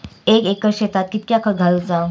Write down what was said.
एक एकर शेताक कीतक्या खत घालूचा?